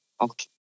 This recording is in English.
Okay